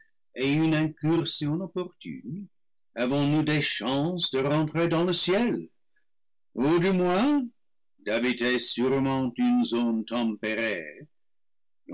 et une incursion opportune avons-nous des chances de renlrer dans le ciel ou du moins d'habiter sûrement une zone tempérée